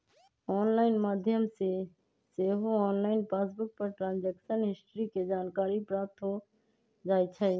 online माध्यम से सेहो ऑनलाइन पासबुक पर ट्रांजैक्शन हिस्ट्री के जानकारी प्राप्त हो जाइ छइ